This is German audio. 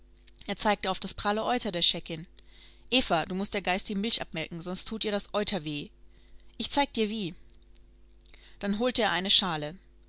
er zeigte auf das pralle euter der scheckin eva du mußt der geiß die milch abmelken sonst tut ihr das euter weh ich zeig dir wie dann holte er eine schale